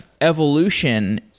evolution